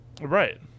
Right